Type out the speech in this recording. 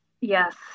Yes